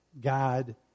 God